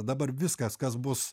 dabar viskas kas bus